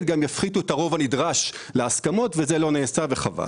גם יפחיתו את הרוב הנדרש להסכמות ולא קרה כך.